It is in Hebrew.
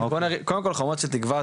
קודם כל "חומות של תקווה",